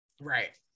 right